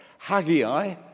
Haggai